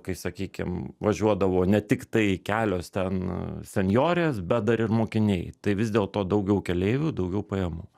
kai sakykim važiuodavo ne tiktai kelios ten senjorės bet dar ir mokiniai tai vis dėlto daugiau keleivių daugiau pajamų